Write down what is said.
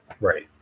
Right